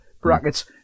brackets